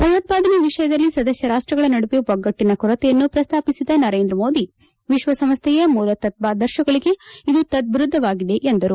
ಭಯೋತ್ಪಾರನೆ ವಿಷಯದಲ್ಲಿ ಸದಸ್ಯ ರಾಷ್ಟಗಳ ನಡುವೆ ಒಗ್ಗೆಟ್ಟಿನ ಕೊರತೆಯನ್ನು ಪ್ರಸ್ತಾಪಿಸಿದ ನರೇಂದ್ರಮೋದಿ ವಿಶ್ವಸಂಸ್ಥೆಯ ಮೂಲ ತತ್ವಾದರ್ತಗಳಿಗೆ ಇದು ತದ್ದಿರುದ್ಧವಾಗಿದೆ ಎಂದರು